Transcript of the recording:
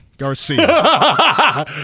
Garcia